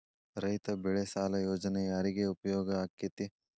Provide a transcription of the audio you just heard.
ರೈತ ಬೆಳೆ ಸಾಲ ಯೋಜನೆ ಯಾರಿಗೆ ಉಪಯೋಗ ಆಕ್ಕೆತಿ?